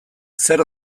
zer